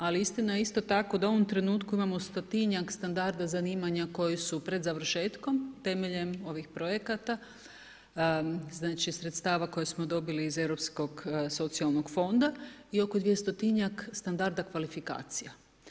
Ali istina je isto tako da u ovom trenutku imamo stotinjak standarda zanimanja koji su pred završetkom temeljem ovih projekata znači sredstava koje smo dobili iz Europskog socijalnog fonda i oko 200-tinjak standarda kvalifikacija.